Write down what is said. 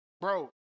bro